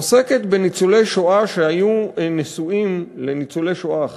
עוסקת בניצולי שואה שהיו נשואים לניצולי שואה אחרים.